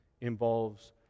involves